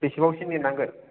बेसेबांसो नेनांगोन